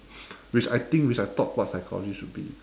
which I think which I thought what psychology should be